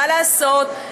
מה לעשות,